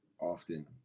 often